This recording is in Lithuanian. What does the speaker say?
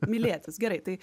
mylėtis gerai tai